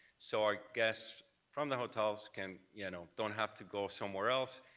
so our guests from the hotels can, you know don't have to go somewhere else.